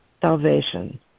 salvation